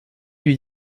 lui